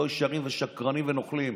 לא ישרים ושקרנים ונוכלים.